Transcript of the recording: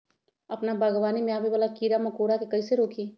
अपना बागवानी में आबे वाला किरा मकोरा के कईसे रोकी?